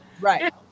right